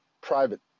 private